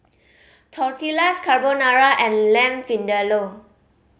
Tortillas Carbonara and Lamb Vindaloo